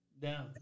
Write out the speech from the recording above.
Down